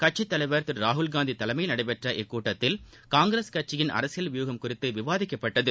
கட்சித் தலைவர் திரு ராகுல்காந்தி தலைமையில் நடைபெற்ற இக்கூட்டத்தில் காங்கிரஸ் கட்சியின் அரசியல் வியூகம் குறித்து விவாதிக்கப்பட்டது